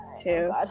two